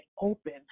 open